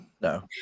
No